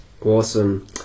Awesome